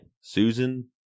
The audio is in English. Susan